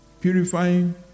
purifying